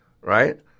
right